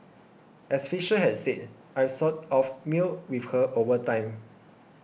as Fisher had said I've sort of melded with her over time